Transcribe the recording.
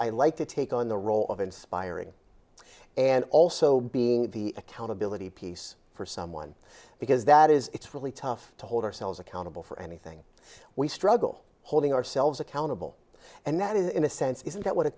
i like to take on the role of inspiring and also being the accountability piece for someone because that is it's really tough to hold ourselves accountable for anything we struggle holding ourselves accountable and that is in a sense isn't that wh